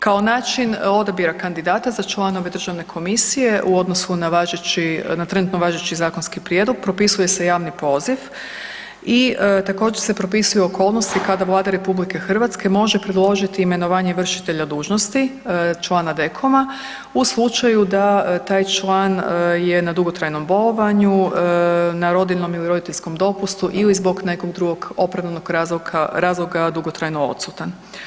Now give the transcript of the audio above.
Kao način odabira kandidata za članove državne komisije u odnosu na trenutno važeći zakonski prijedlog propisuje se javni poziv i također se propisuju okolnosti kada Vlada RH može predložiti imenovanje vršitelja dužnosti člana DKOM-a u slučaju da taj član je na dugotrajnom bolovanju, na rodiljnom ili roditeljskom dopustu ili zbog nekog drugog opravdanog razloga dugotrajno odsutan.